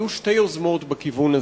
היו שתי יוזמות בכיוון הזה.